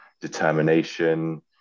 determination